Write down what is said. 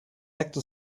acto